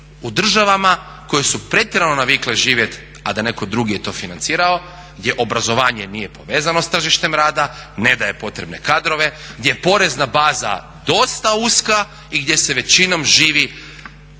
u državama koje su pretjerano navikle živjeti a da netko drugi je to financirao gdje obrazovanje nije povezano sa tržištem rada, ne daje potrebne kadrove, gdje je porezna baza dosta uska i gdje se većinom živi,